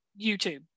YouTube